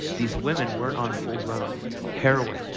these women weren't on full blown heroin.